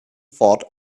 thought